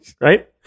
Right